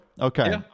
Okay